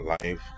life